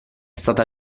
stata